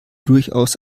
durchaus